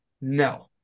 No